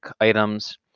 items